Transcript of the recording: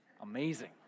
amazing